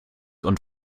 und